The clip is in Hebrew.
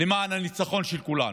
למען הניצחון של כולנו.